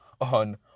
on